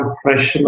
fresh